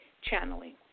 channeling